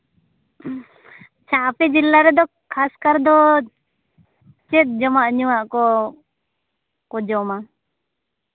ᱟᱪᱪᱷᱟ ᱟᱯᱮ ᱡᱮᱞᱟ ᱨᱮᱫᱚ ᱠᱷᱟᱥ ᱠᱟᱨ ᱫᱚ ᱪᱮᱫ ᱡᱚᱢᱟᱜ ᱧᱩᱣᱟᱜ ᱠᱚ ᱡᱚᱢᱼᱟ